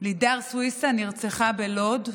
לידר סויסה, נרצחה בלוד.